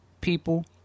people